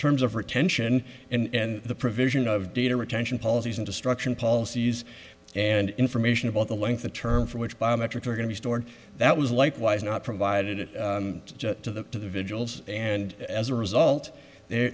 terms of retention and the provision of data retention policies and destruction policies and information about the length of term for which biometrics are going to be stored that was likewise not provided to the vigils and as a result